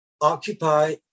occupy